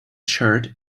shirt